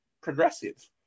progressive